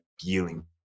feeling